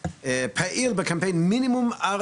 קניות והכל,